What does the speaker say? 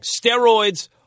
steroids